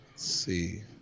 see